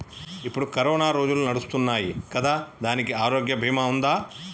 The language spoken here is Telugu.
ఇప్పుడు కరోనా రోజులు నడుస్తున్నాయి కదా, దానికి ఆరోగ్య బీమా ఉందా?